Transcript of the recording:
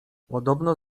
podobno